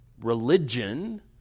religion